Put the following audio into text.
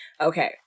okay